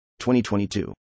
2022